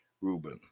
Ruben